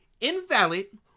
Invalid